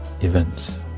events